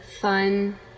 fun